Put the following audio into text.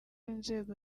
inzego